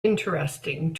interesting